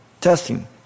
testing